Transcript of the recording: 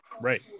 Right